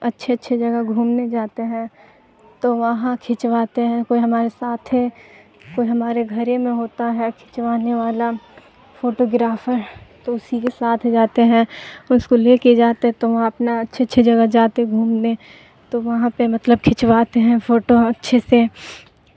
اچھے اچھے جگہ گھومنے جاتے ہیں تو وہاں کھنچواتے ہیں کوئی ہمارے ساتھ ہے کوئی ہمارے گھر ہی میں ہوتا ہے کھنچوانے والا فوٹوگرافر تو اسی کے ساتھ جاتے ہیں اس کو لے کے جاتے ہیں تو وہاں اپنا اچھے اچھے جگہ جاتے گھومنے تو وہاں پہ مطلب کھنچواتے ہیں فوٹو اچھے سے